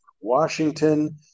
Washington